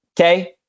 Okay